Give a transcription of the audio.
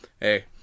hey